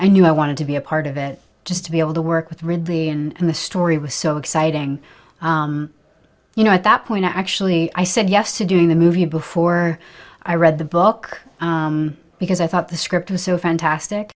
i knew i wanted to be a part of it just to be able to work with ridley and the story was so exciting you know at that point actually i said yes to doing the movie before i read the book because i thought the script was so fantastic